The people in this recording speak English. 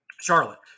Charlotte